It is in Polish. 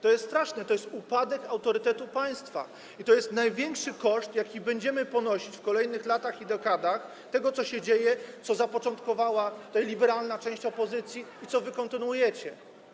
To jest straszne, to jest upadek autorytetu państwa i to jest największy koszt, jaki będziemy ponosić w kolejnych latach i dekadach, koszt tego, co się dzieje, co zapoczątkowała liberalna część opozycji i co wy kontynuujecie.